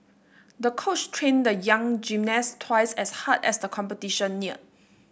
the coach trained the young gymnast twice as hard as the competition neared